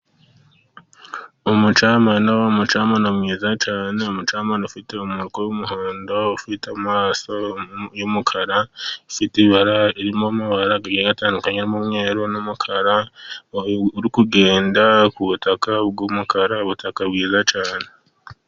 Umucamano umucamano mwiza cyane ni umucamanza ufite umuhogo w'umuhondo ufite amaso y'umukara ufite ibara atadukanye harimo n'umweru n'umukara uri kugenda ku butaka bw'umukara ubutaka bwiza cyane.